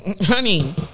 honey